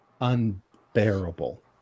unbearable